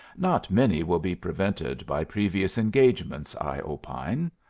not many will be prevented by previous engagements, i opine.